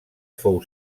fou